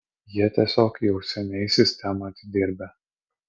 jie tiesiog jau seniai sistemą atidirbę